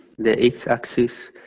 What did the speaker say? the x-axis